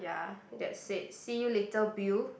that said see you later Bill